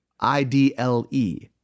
I-D-L-E